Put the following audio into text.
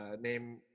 name